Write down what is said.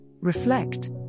reflect